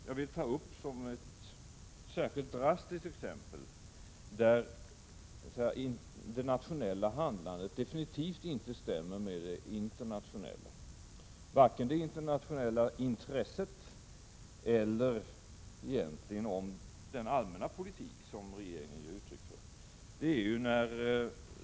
Jag vill ta upp ett särskilt drastiskt exempel, där det nationella handlandet definitivt inte stämmer med det internationella, varken den allmänna politik som regeringen ger uttryck för eller det internationella intresset.